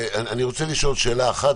אני רוצה לשאול שאלה אחת,